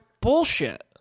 bullshit